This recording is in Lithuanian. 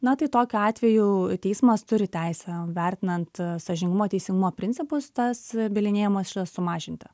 na tai tokiu atveju teismas turi teisę vertinant sąžiningumo teisingumo principus tas bylinėjimosi išlaidas sumažinti